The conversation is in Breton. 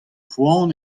poan